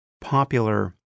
popular